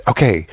Okay